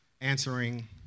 answering